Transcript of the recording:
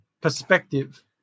perspective